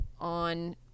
on